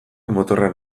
motorrean